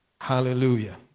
Hallelujah